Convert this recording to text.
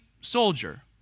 soldier